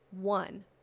One